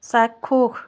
চাক্ষুষ